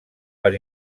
per